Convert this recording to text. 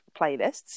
playlists